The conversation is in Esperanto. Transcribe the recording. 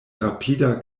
rapida